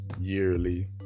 yearly